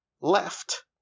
left